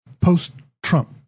post-Trump